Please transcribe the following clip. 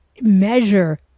measure